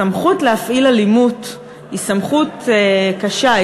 הסמכות להפעיל אלימות היא סמכות קשה,